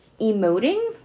emoting